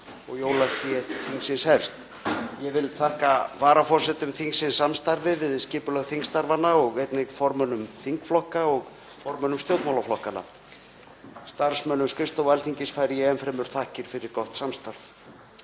og jólahlé þingsins hefst. Ég vil þakka varaforsetum samstarfið við skipulag þingstarfanna og einnig formönnum þingflokka og formönnum stjórnmálaflokkanna. Starfsliði skrifstofu færi ég enn fremur þakkir fyrir gott samstarf.